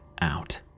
out